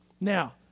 Now